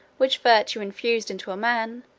which virtue infused into a man,